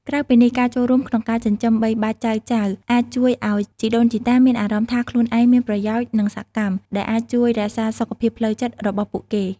ក្រៅពីនេះ ការចូលរួមក្នុងការចិញ្ចឹមបីបាច់ចៅៗអាចជួយឱ្យជីដូនជីតាមានអារម្មណ៍ថាខ្លួនឯងមានប្រយោជន៍ និងសកម្ម ដែលអាចជួយរក្សាសុខភាពផ្លូវចិត្តរបស់ពួកគេ។